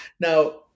Now